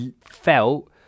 felt